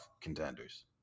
contenders